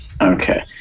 Okay